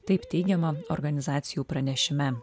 taip teigiama organizacijų pranešime